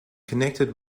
connected